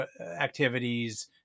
activities